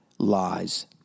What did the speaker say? Lies